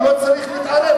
הוא לא צריך להתערב,